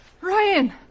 Ryan